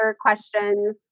questions